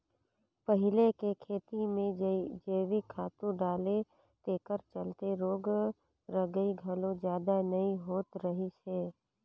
पहिले के खेती में जइविक खातू डाले तेखर चलते रोग रगई घलो जादा नइ होत रहिस हे